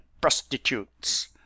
prostitutes